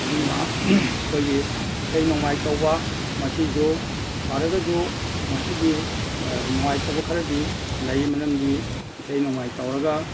ꯑꯗꯨꯅ ꯑꯩꯈꯣꯏꯒꯤ ꯏꯁꯩ ꯅꯣꯡꯃꯥꯏ ꯇꯧꯕ ꯃꯁꯤꯁꯨ ꯐꯔꯒꯁꯨ ꯃꯁꯤꯒꯤ ꯅꯨꯡꯉꯥꯏꯇꯕ ꯈꯔꯗꯤ ꯂꯩ ꯃꯔꯝꯗꯤ ꯏꯁꯩ ꯅꯣꯡꯃꯥꯏ ꯇꯧꯔꯒ